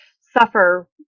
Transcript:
suffer